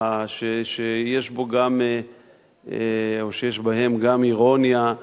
שיש בהם גם אירוניה,